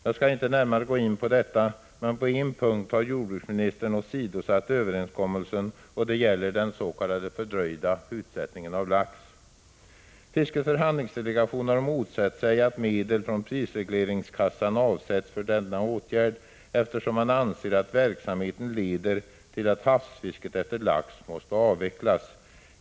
Jag skall inte närmare gå in på detta, men på en punkt har jordbruksministern åsidosatt överenskommelsen. Det gäller dens.k. fördröjda utsättningen av lax. Fiskets förhandlingsdelegation har motsatt sig att medel från prisregleringskassan avsätts för denna åtgärd eftersom man anser att verksamheten leder till att havsfisket efter lax måste avvecklas.